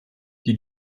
die